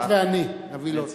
את ואני נביא לו אותם.